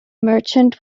merchant